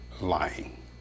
lying